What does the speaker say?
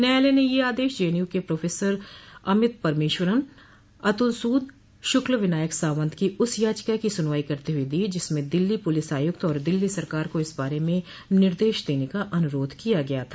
न्यायालय ने ये आदेश जेएनयू के प्रो अमित परमेश्वरन अतुल सूद और शुक्ल विनायक सावंत की उस याचिका की सुनवाई करते हुए दी जिनमें दिल्ली पुलिस आयुक्त और दिल्ली सरकार को इस बारे में निर्देश देने का अनुरोध किया गया था